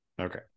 Okay